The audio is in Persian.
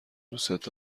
دوستت